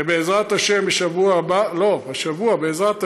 בעזרת השם בשבוע הבא, לא, השבוע, בעזרת השם,